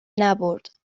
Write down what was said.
نبرد